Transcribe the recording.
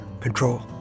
control